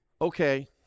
Okay